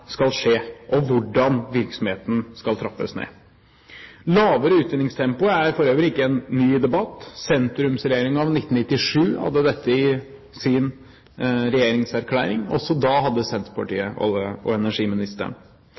for øvrig ikke en ny debatt. Sentrumsregjeringen av 1997 hadde dette i sin regjeringserklæring. Også da hadde Senterpartiet olje- og energiministeren.